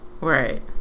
right